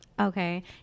Okay